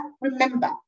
remember